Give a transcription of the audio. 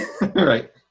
Right